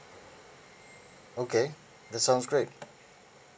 okay that's sounds great